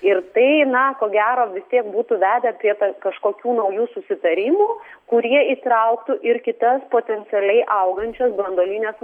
ir tai na ko gero vistiek būtų vedę prie kažkokių naujų susitarimų kurie įtrauktų ir kitas potencialiai augančias branduolines